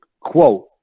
quote